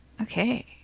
Okay